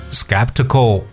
skeptical